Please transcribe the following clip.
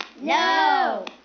No